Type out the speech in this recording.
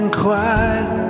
quiet